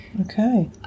Okay